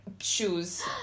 Shoes